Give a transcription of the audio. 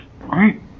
Right